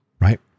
right